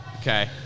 Okay